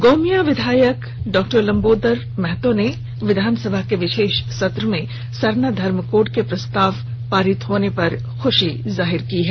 गोमिया विधायक डॉ लंबोदर महतो ने विधानसभा के विशेष सत्र में सरना धर्म कोड के प्रस्ताव पारित होने पर खुशी जतायी है